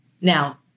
Now